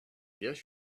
guess